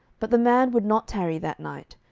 but the man would not tarry that night,